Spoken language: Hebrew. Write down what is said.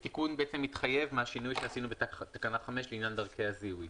זה תיקון מתחייב מהשינוי שעשינו בתקנה 5 לעניין דרכי הזיהוי.